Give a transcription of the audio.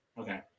Okay